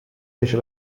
fece